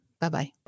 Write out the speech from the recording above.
Bye-bye